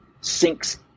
sinks